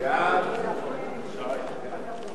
הצעת חוק